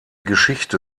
geschichte